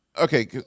okay